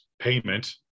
payment